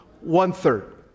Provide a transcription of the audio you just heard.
one-third